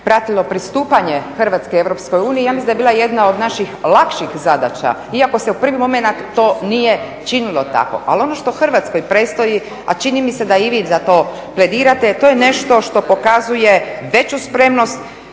pratilo pristupanje Hrvatske Europskoj uniji ja mislim da je bila jedna od naših lakših zadaća, iako se u prvi momenat to nije činilo tako. Ali ono što Hrvatskoj predstoji, a čini mi se da i vi za to pledirate, to je nešto što pokazuje veću spremnost,